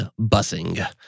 busing